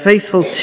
faithful